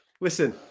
Listen